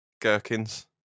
gherkins